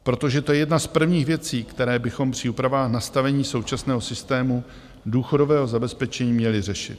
Protože to je jedna z prvních věcí, které bychom při úpravách nastavení současného systému důchodového zabezpečení měli řešit.